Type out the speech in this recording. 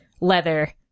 leather